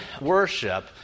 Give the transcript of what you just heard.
worship